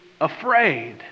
afraid